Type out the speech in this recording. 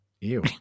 Ew